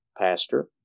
pastor